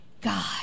God